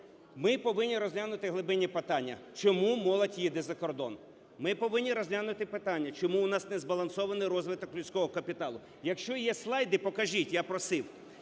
ми повинні розглянути глибинні питання: чому молодь їде за кордон? Ми повинні розглянути питання: чому у нас не збалансований розвиток людського капіталу? Якщо є слайди, покажіть, я просив.